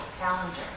calendar